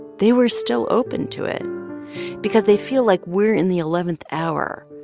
they were still open to it because they feel like we're in the eleventh hour,